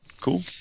Cool